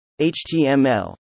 HTML